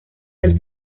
del